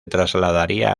trasladaría